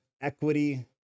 equity